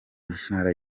ntara